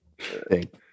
Thank